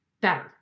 better